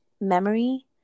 memory